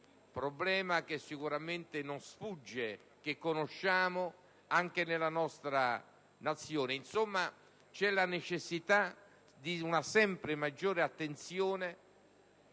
problema che sicuramente non ci sfugge e che conosciamo anche nella nostra Nazione. C'è, insomma, la necessità di una sempre maggiore attenzione